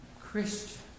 Christian